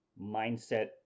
mindset